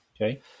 Okay